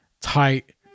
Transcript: tight